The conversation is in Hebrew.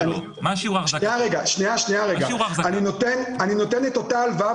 מחזיקה במניות של החברה הנדל"נית והיא גם נותנת לה הלוואה,